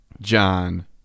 john